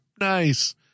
Nice